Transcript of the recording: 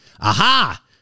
Aha